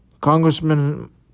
Congressman